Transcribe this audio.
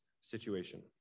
situation